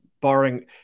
barring